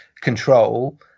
control